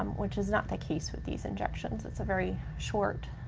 um which is not the case with these injections. it's a very short,